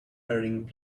wearing